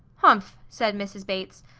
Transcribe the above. humph! said mrs. bates.